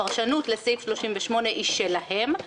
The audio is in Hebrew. הפרשנות לסעיף 38 היא שלהם.